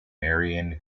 marion